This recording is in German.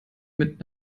mit